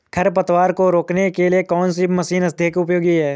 खरपतवार को रोकने के लिए कौन सी मशीन अधिक उपयोगी है?